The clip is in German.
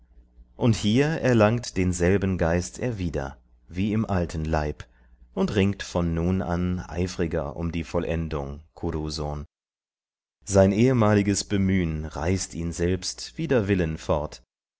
und hier erlangt denselben geist er wieder wie im alten leib und ringt von nun an eifriger um die vollendung kuru sohn sein ehemaliges bemühn reißt ihn selbst wider willen fort